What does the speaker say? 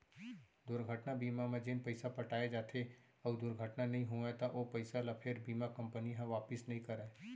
दुरघटना बीमा म जेन पइसा पटाए जाथे अउ दुरघटना नइ होवय त ओ पइसा ल फेर बीमा कंपनी ह वापिस नइ करय